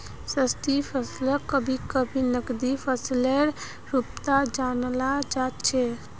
स्थायी फसलक कभी कभी नकदी फसलेर रूपत जानाल जा छेक